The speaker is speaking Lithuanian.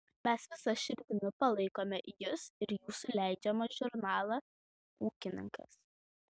mes visa širdimi palaikome jus ir jūsų leidžiamą žurnalą ūkininkas